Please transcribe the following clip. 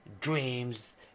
dreams